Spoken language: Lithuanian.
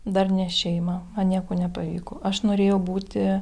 darnią šeimą man nieko nepavyko aš norėjau būti